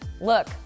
Look